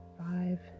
five